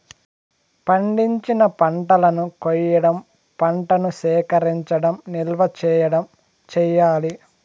పండించిన పంటలను కొయ్యడం, పంటను సేకరించడం, నిల్వ చేయడం చెయ్యాలి